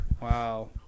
Wow